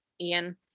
Ian